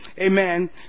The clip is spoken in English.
Amen